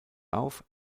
auf